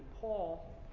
Paul